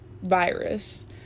virus